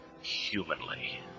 humanly